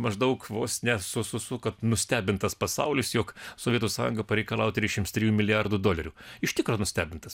maždaug vos ne su su kad nustebintas pasaulis jog sovietų sąjunga pareikalavo trisdešimt trijų milijardų dolerių iš tikro nustebintas